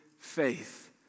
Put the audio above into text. faith